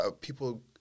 people